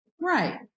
Right